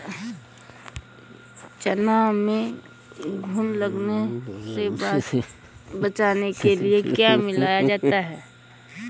चना में घुन लगने से बचाने के लिए क्या मिलाया जाता है?